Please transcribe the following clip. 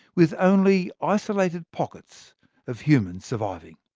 with only isolated pockets of humans surviving.